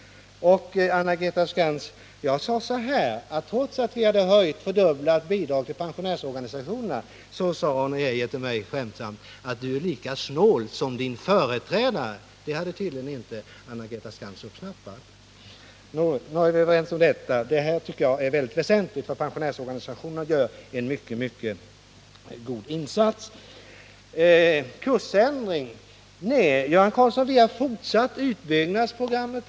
Anna-Greta Skantz! Jag framhöll att trots att vi hade fördubblat bidraget till pensionärsorganisationerna, så sade Arne Geijer skämtsamt till mig: Du är lika snål som din företrädare. Det hade tydligen inte Anna-Greta Skantz uppfattat. Nåväl, jag hoppas att vi nu är överens om detta, för jag tycker att den här frågan är väldigt väsentlig med tanke på att pensionärsorganisationerna gör en mycket god insats. Göran Karlsson talade om att vi skulle ha gjort en kursändring, men så är inte fallet.